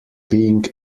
being